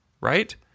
right